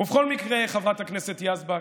בכל מקרה, חברת הכנסת יזבק,